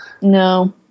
No